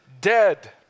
dead